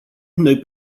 noi